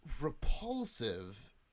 repulsive